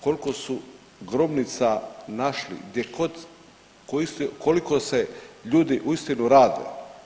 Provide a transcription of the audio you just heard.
Koliko su grobnica našli, gdje, koliko se ljudi uistinu rade.